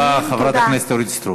תודה רבה, חברת הכנסת אורית סטרוק.